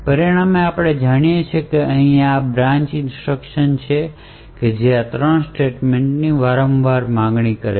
પરિણામે આપણે જાણીએ છીએ કે અહીં આ બ્રાન્ચ ઇન્સટ્રક્શન છે કે જે આ 3 સ્ટેટમેંટ ની વારંવાર માંગણી કરે છે